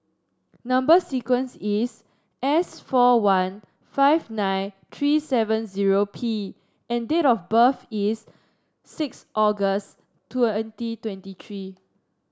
number sequence is S four one five nine tree seven zero P and date of birth is six August twenty twenty tree